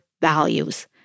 values